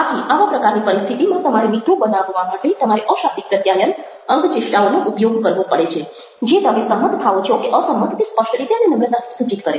આથી આવા પ્રકારની પરિસ્થિતિમાં તમારે મિત્રો બનાવવા માટે તમારે અશાબ્દિક પ્રત્યાયન અંગચેષ્ટાઓનો ઉપયોગ કરવો પડે છે જે તમે સંમત થાઓ છો કે અસંમત તે સ્પષ્ટ રીતે અને નમ્રતાથી સૂચિત કરે